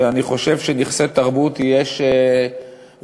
שאני חושב שנכסי תרבות יש לנו,